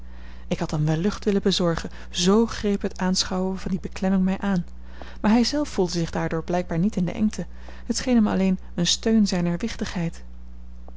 ik had hem wel lucht willen bezorgen z greep het aanschouwen van die beklemming mij aan maar hij zelf voelde zich daardoor blijkbaar niet in de engte het scheen hem alleen een steun zijner wichtigheid